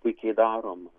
puikiai daroma